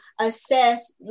assess